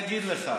אגיד לך,